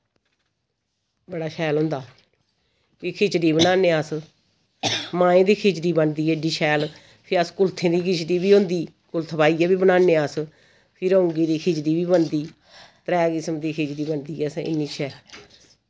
बड़ा शैल होंदा फ्ही खिचड़ी बनाने अस माहें दी खिचड़ी बनदी एह्डी शैल फ्ही अस कुल्थें दी खिचड़ी वि होंदी कुल्थ पाइयै वि बनाने अस फ्ही रौंगी दी खिचड़ी वि बनदी त्रै किस्म दी खिचड़ी बनदी असैं इन्नी शैल